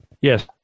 Yes